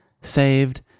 Saved